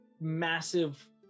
massive